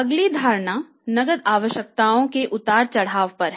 अगली धारणा नकद आवश्यकता में उतार चढ़ाव है